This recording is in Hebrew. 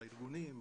בארגונים,